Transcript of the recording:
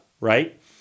right